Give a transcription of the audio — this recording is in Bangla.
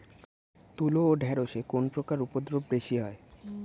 তুলো ও ঢেঁড়সে কোন পোকার উপদ্রব বেশি হয়?